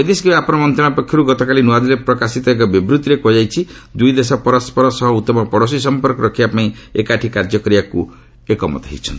ବୈଦେଶିକ ବ୍ୟାପାର ମନ୍ତ୍ରଣାଳୟ ପକ୍ଷରୁ ଗତକାଲି ନୂଆଦିଲ୍ଲୀରେ ପ୍ରକାଶିତ ଏକ ବିବୃଭିରେ କୁହାଯାଇଛି ଦୁଇ ଦେଶ ପରସ୍କର ସହ ଉତ୍ତମ ପଡୋଶୀ ସମ୍ପର୍କ ରଖିବା ପାଇଁ ଏକାଠି କାର୍ଯ୍ୟ କରିବାକୁ ଏକମତ ହୋଇଛନ୍ତି